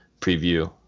preview